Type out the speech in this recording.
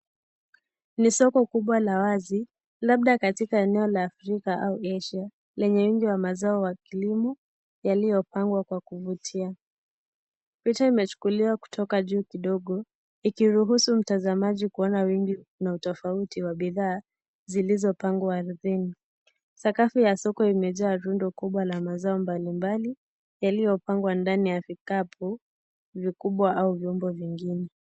Ni soko kubwa la wazi labda kaitka eneo la Africa au Asia lenye inchi wa mazao la kilimo yaliyopangwa kwa kuvutia. Picha imechukuliwa kutoka juu kidogo iki ruhusu mtazamaji kuona wingi na utafauti wa bidhaa zilizopangwa ardhini sakafu ya soko imejaa runda kubwa ya mazao mbalimbali yaliyopangwa ndani ya vikabu vikubwa au vyombo vingine .